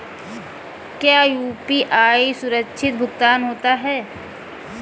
क्या यू.पी.आई सुरक्षित भुगतान होता है?